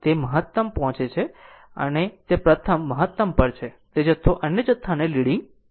તે મહતમ પહોંચે છે તે પહોંચે છે તે પ્રથમ મહત્તમ પર છે તે જથ્થો અન્ય જથ્થાને લીડીંગ કરે છે